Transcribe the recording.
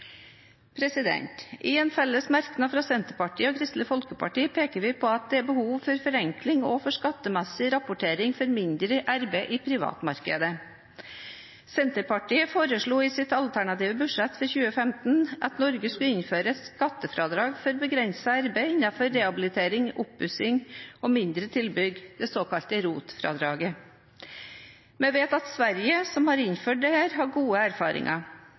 I en fellesmerknad fra Senterpartiet og Kristelig Folkeparti peker vi på at det er behov for forenkling også for skattemessig rapportering for mindre arbeider i privatmarkedet. Senterpartiet foreslo i sitt alternative budsjett for 2015 at Norge skulle innføre et skattefradrag for begrensede arbeider innenfor rehabilitering, oppussing og mindre tilbygg, det såkalte ROT-fradraget. Vi vet at Sverige, som har innført dette, har gode erfaringer.